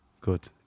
Good